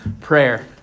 prayer